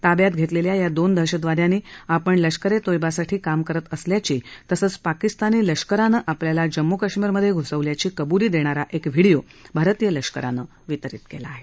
ताब्यात घेतलेल्या ह्या दोन दहशतवाद्यांनी आपण लष्करे तोयबासाठी काम करत असल्याची तसंच पाकिस्तानी लष्करानं आपल्याला जम्मू काश्मीर मधे घुसवल्याची कबुली देणारा एक व्हिडीओ भारतीय लष्करानं वितरीत केला आहे